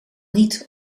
niet